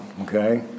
okay